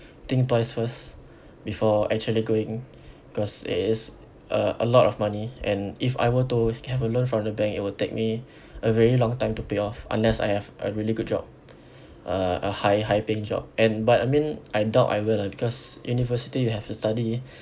think twice first before actually going because it is uh a lot of money and if I were to have a loan from the bank it will take me a very long time to pay off unless I have a really good job uh a high high paying job and but I mean I doubt I will lah because university you have to study